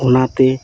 ᱚᱱᱟᱛᱮ